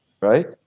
right